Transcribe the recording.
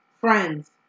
friends